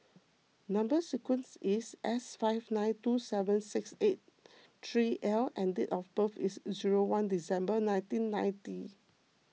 Number Sequence is S five nine two seven six eight three L and date of birth is zero one December nineteen ninety